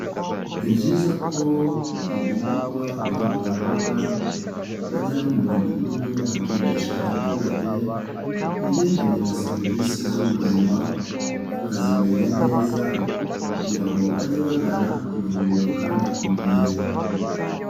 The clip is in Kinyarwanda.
Ni byiza ko hagomba kuba abakangurambaga bajya no mu midugudu bakigisha abaturage ibigendanye na serivisi z'ubuzima bakazimenya neza, kugira ngo bajye bagana ivuriro kandi ku gihe.